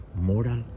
moral